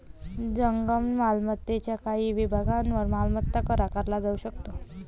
जंगम मालमत्तेच्या काही विभागांवर मालमत्ता कर आकारला जाऊ शकतो